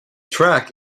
track